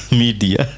media